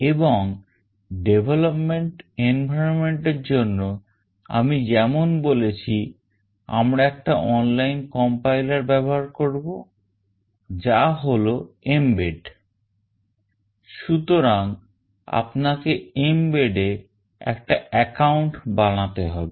এবং development environment এর জন্য আমি যেমন বলেছি আমরা একটা online compiler ব্যবহার করব যা হল mbed সুতরাং আপনাকে mbed এ একটা একাউন্ট বানাতে হবে